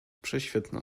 prześwietna